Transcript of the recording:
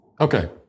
Okay